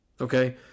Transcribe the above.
Okay